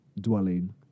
dwelling